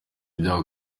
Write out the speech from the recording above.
bya